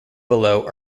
below